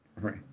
right